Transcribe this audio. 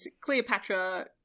Cleopatra